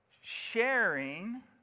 Sharing